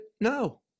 No